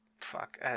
Fuck